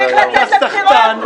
אתה סחטן,